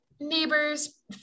Neighbors